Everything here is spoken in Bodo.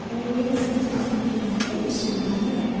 ओमफ्राय बे मोसानायखौ जोङो रोंलांबाथाय इजि मोनलाङो आरो